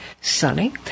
sunny